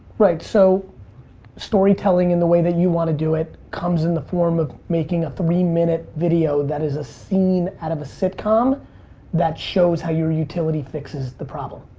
right, so storytelling in the way that you want to do it comes in the form of making a three-minute video that is a scene out of a sitcom that shows how your utility fixes the problem.